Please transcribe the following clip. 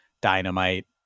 dynamite